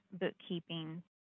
bookkeeping